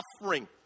suffering